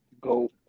Go